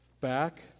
back